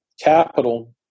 capital